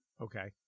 Okay